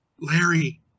Larry